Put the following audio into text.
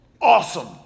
Awesome